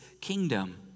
kingdom